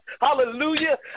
Hallelujah